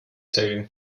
saving